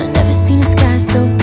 never seen a sky so